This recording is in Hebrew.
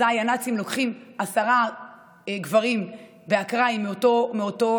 אזי הנאצים לוקחים עשרה גברים באקראי מאותו